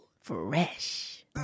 Fresh